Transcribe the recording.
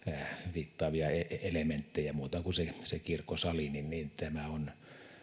viittaavia elementtejä kuin se se kirkkosali on